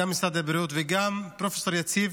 גם משרד הבריאות וגם פרופ' יציב